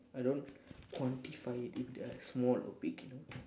I don't quantify it into like small or big you know